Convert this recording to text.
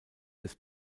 des